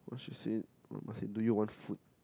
what she say oh she say do you want food